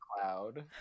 cloud